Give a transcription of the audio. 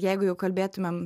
jeigu jau kalbėtumėm